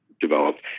developed